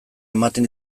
ematen